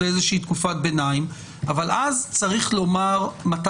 אבל אותו בנק של טיפול,